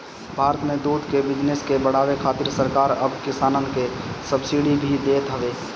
भारत में दूध के बिजनेस के बढ़ावे खातिर सरकार अब किसानन के सब्सिडी भी देत हवे